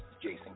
Jason